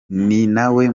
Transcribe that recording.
nawe